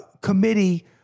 committee